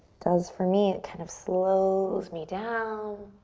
does for me. it kind of slows me down.